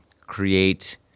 create